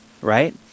right